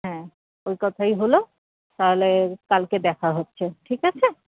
হ্যাঁ ওই কথাই হল তাহলে কালকে দেখা হচ্ছে ঠিক আছে